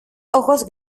ojos